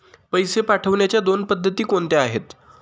पैसे पाठवण्याच्या दोन पद्धती कोणत्या आहेत?